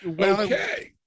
Okay